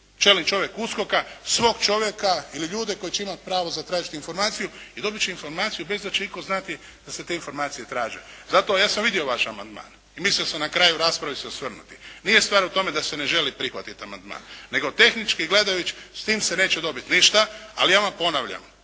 čelni čovjek USKOK-a svog čovjeka, ili ljude koji će imati pravo zatražiti informaciju i dobiti će informaciju bez da će itko znati da se te informacije traže. Ja sam vidio vaš amandman i mislio sam na kraju rasprave se osvrnuti. Nije stvar u tome da se ne želi prihvatiti amandman nego tehnički gledajući s tim se neće dobiti ništa. Ali ja vam ponavljam,